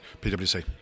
PwC